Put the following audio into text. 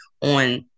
on